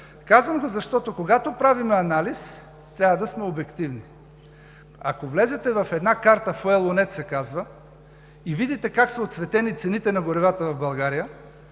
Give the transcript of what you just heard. Казвам го, защото когато правим анализ трябва да сме обективни. Ако влезете в една карта, казва се Fuelo.net, и видите как са оцветени цените на горивата в България,